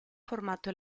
formato